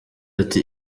ati